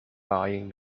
buying